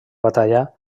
batalla